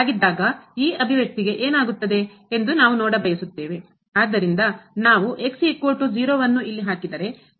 ಆಗಿದ್ದಾಗ ಈ ಅಭಿವ್ಯಕ್ತಿ ಗೆ ಏನಾಗುತ್ತದೆ ಎಂದು ನಾವು ನೋಡಲು ಬಯಸುತ್ತೇವೆ ಆದ್ದರಿಂದ ನಾವು ಇಲ್ಲಿ ಹಾಕಿದರೆ